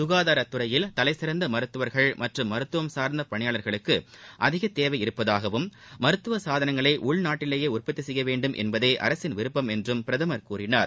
ககாதாரத் துறையில் தலைசிறந்த மருத்துவா்கள் மற்றும் மருத்துவம் சார்ந்த பணியாளா்களுக்கு அதிக தேவை இருப்பதாகவும் மருத்துவ சாதனங்களை உள்நாட்டிலேயே உற்பத்தி செய்ய வேண்டும் என்பதே அரசின் விருப்பம் என்றும் பிரதமர் கூறினார்